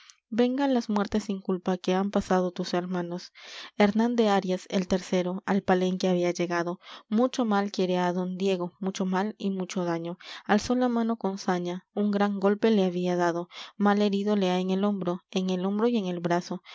venga las muertes sin culpa que han pasado tus hermanos hernán darias el tercero al palenque había llegado mucho mal quiere á don diego mucho mal y mucho daño alzó la mano con saña un gran golpe le había dado mal herido le ha en el hombro en el hombro y en el brazo